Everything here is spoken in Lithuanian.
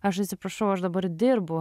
aš atsiprašau aš dabar dirbu